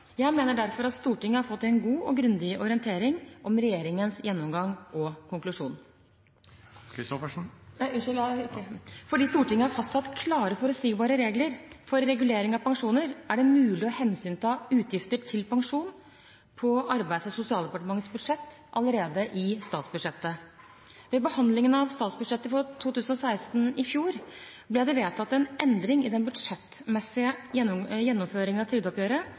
Jeg mener derfor at Stortinget har fått en god og grundig orientering om regjeringens gjennomgang og konklusjon. Fordi Stortinget har fastsatt klare, forutsigbare regler for regulering av pensjoner, er det mulig å hensynta utgifter til pensjon på Arbeids- og sosialdepartementets budsjett allerede i statsbudsjettet. Ved behandlingen av statsbudsjettet for 2016 i fjor ble det vedtatt en endring i den budsjettmessige gjennomføringen av trygdeoppgjøret.